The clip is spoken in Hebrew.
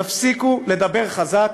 תפסיקו לדבר חזק